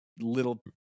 little